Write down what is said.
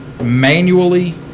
manually